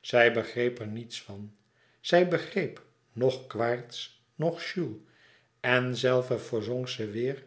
zij begreep er niets van zij begreep noch quaerts noch jules en zelve verzonk ze weêr